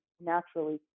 naturally